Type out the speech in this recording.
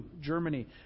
Germany